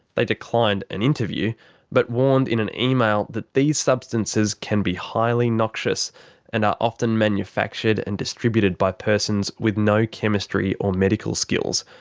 they declined an interview but warned in an email that these substances can be highly noxious and are often manufactured and distributed by persons with no chemistry or medical skills.